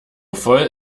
voll